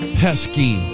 pesky